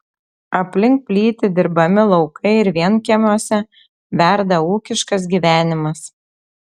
aplink plyti dirbami laukai ir vienkiemiuose verda ūkiškas gyvenimas